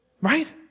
Right